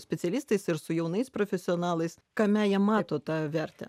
specialistais ir su jaunais profesionalais kame jie mato tą vertę